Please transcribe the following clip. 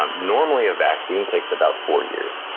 um normally a vaccine takes about four years.